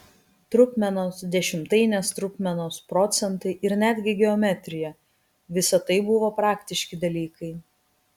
trupmenos dešimtainės trupmenos procentai ir netgi geometrija visa tai buvo praktiški dalykai